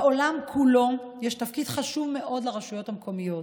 בעולם כולו יש תפקיד חשוב מאוד לרשויות המקומיות,